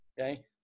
Okay